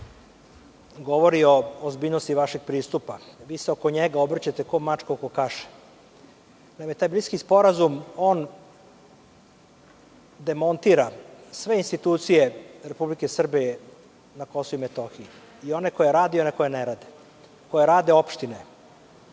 govori o ozbiljnosti vašeg pristupa. Vi se oko njega obrćete kao mačka oko kaše. Naime, taj Briselski sporazum, on demontira sve institucije Republike Srbije na Kosovu i Metohiji i one koje rade i one koje ne rade, koje rade opštine,